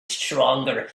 stronger